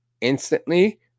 instantly